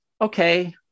okay